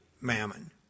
mammon